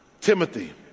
Timothy